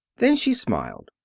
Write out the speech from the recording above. then she smiled.